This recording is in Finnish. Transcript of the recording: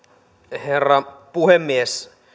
herra puhemies